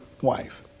wife